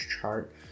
chart